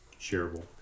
Shareable